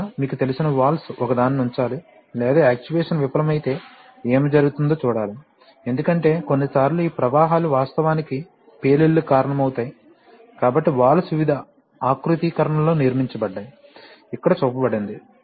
చివరగా మీకు తెలిసిన వాల్వ్స్ ఒకదాన్ని ఉంచాలి లేదా యాక్చుయేషన్ విఫలమైతే ఏమి జరుగుతుందో చూడాలి ఎందుకంటే కొన్నిసార్లు ఈ ప్రవాహాలు వాస్తవానికి పేలుళ్లకు కారణమవుతాయి కాబట్టి వాల్వ్స్ వివిధ ఆకృతీకరణలలో నిర్మించబడ్డాయి ఇక్కడ చూపబడింది